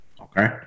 Okay